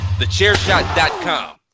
TheChairShot.com